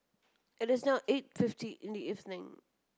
it is now eight fifty in the evening